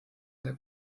der